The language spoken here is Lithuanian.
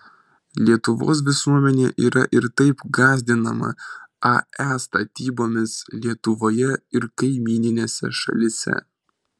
lietuvos visuomenė yra ir taip gąsdinama ae statybomis lietuvoje ir kaimyninėse šalyse